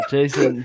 Jason